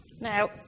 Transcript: Now